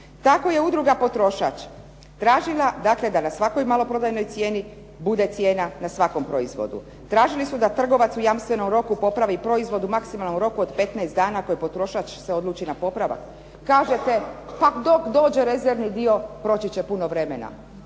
Tako je udruga „Potrošač“ tražila da na svakoj maloprodajnoj cijeni bude cijena na svakom proizvodu. Tražili su da trgovac u jamstvenom roku popravi proizvod u maksimalnom roku od 15 dana koji potrošač se odluči na popravak. Kažete, dok dođe rezervi dio proći će puno vremena.